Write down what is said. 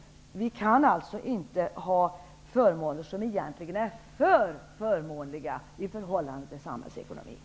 Vi kan alltså inte ha förmåner som egentligen är för förmånliga i förhållande till samhällsekonomin.